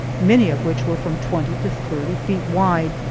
many of which were from twenty to thirty feet wide,